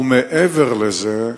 מעבר לזה,